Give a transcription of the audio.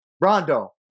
Rondo